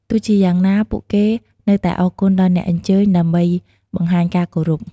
ទោះជាយ៉ាងណា ពួកគេនៅតែអរគុណដល់អ្នកអញ្ជើញដើម្បីបង្ហាញការគោរព។